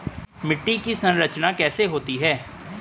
मिट्टी की संरचना कैसे होती है?